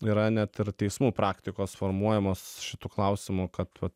yra net ir teismų praktikos formuojamos šitu klausimu kad va